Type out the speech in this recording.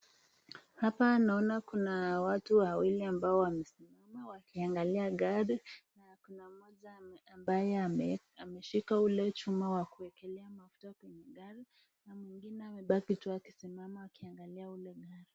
Hapa naona kuna watu wawili ambao wamesimama wakiangalia gari na kuna mmoja ambaye ameshika ule chuma wa kuwekelea mafuta kwenye gari na mwingine amebaki tu akisimama akiangalia ule gari.